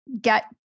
get